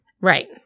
Right